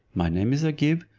my name is agib,